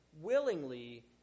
willingly